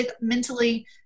mentally